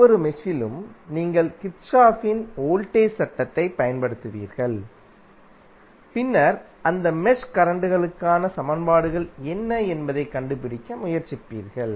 ஒவ்வொரு மெஷிலும் நீங்கள் கிர்ச்சோஃப்பின் வோல்டேஜ் சட்டத்தைப் பயன்படுத்துவீர்கள் பின்னர் அந்த மெஷ் கரண்ட்களுக்கான current சமன்பாடுகள் என்ன என்பதைக் கண்டுபிடிக்க முயற்சிப்பீர்கள்